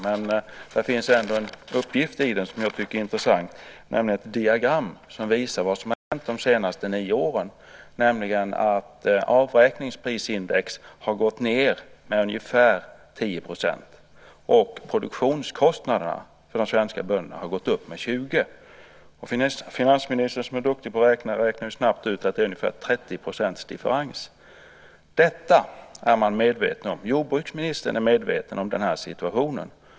Men det finns en uppgift där som jag tycker är intressant, nämligen ett diagram som visar vad som hänt de senaste nio åren: att avräkningsprisindex har gått ned med ungefär 10 % och att produktionskostnaderna för de svenska bönderna har gått upp med 20 %. Finansministern, som är duktig på att räkna, räknar snabbt ut att det är ungefär 30 % differens. Detta är man medveten om. Jordbruksministern är medveten om situationen.